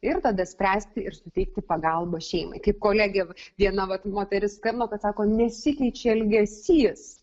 ir tada spręsti ir suteikti pagalbą šeimai kaip kolegė viena vat moteris skambino kad sako nesikeičia elgesys